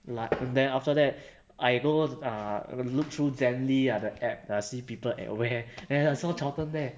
like and then after that I go ah look through zenly ah the app see people at where then I saw charlton there